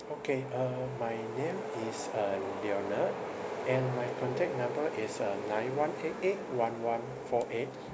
okay uh my name is uh leonard and my contact number is uh nine one eight eight one one four eight